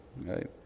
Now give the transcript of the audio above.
right